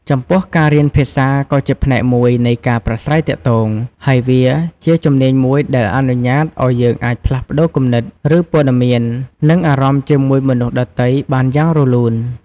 ចំពោះ ការរៀនភាសាក៏ជាផ្នែកមួយនៃការប្រាស្រ័យទាក់ទង ហើយវាជាជំនាញមួយដែលអនុញ្ញាតឲ្យយើងអាចផ្លាស់ប្ដូរគំនិត ព័ត៌មាន និងអារម្មណ៍ជាមួយមនុស្សដទៃបានយ៉ាងរលូន។។